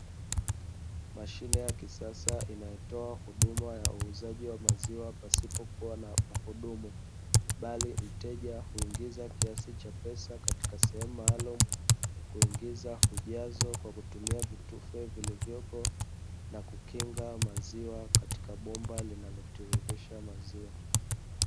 Mashine ya kisasa, inayotoa huduma ya uuzaji wa maziwa pasipo kuwa na muhudumu, bali mteja huingiza kiasi cha pesa katika sehemu maalumu, kuingiza ujazo kwa kutumia vitufe vilivyopo na kukinga maziwa katika bomba linalotiririsha maziwa.